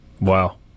Wow